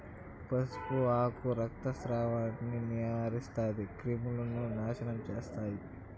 పసుపు ఆకులు రక్తస్రావాన్ని నివారిస్తాయి, క్రిములను నాశనం చేస్తాయి